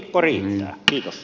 nurmikko riittää